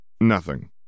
Nothing